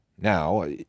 Now